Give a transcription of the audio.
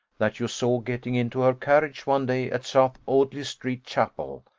that you saw getting into her carriage one day, at south audley-street chapel,